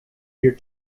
your